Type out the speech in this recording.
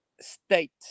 state